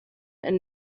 and